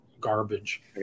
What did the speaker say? garbage